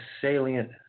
salient